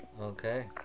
okay